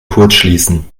kurzschließen